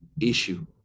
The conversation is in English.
issue